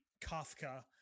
Kafka